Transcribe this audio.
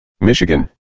Michigan